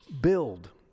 build